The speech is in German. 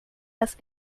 das